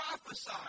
prophesy